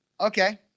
Okay